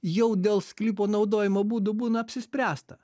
jau dėl sklypo naudojimo būdo būna apsispręsta